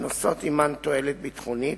שנושאות עמן תועלת ביטחונית,